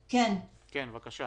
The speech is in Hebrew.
בבקשה.